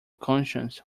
conscience